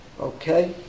Okay